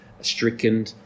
stricken